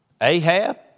Ahab